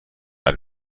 ein